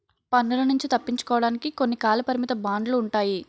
పన్నుల నుంచి తప్పించుకోవడానికి కొన్ని కాలపరిమిత బాండ్లు ఉంటాయి